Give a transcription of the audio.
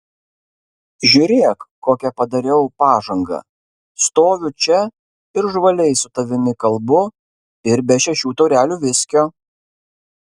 žiūrėk kokią padariau pažangą stoviu čia ir žvaliai su tavimi kalbu ir be šešių taurelių viskio